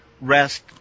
rest